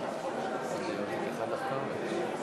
1627, 1636, 1633 ו-1649.